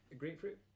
grapefruit